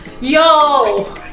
Yo